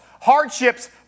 Hardships